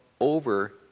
over